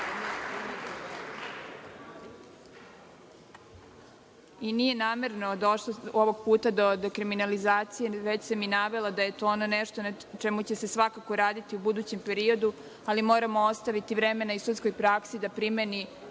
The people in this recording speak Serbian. rešeni. Nije namerno došlo ovog puta da kriminalizacija, već sam i navela da je ona nešto na čemu će se svakako raditi u budućem periodu, ali moramo ostaviti vremena i sudskoj praksi da primeni